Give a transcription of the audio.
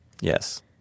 Yes